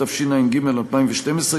התשע"ג 2012,